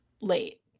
late